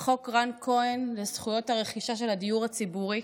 חוק רן כהן לזכויות הרכישה של הדיור הציבורי.